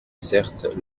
certes